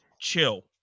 chill